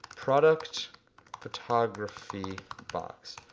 product photography box.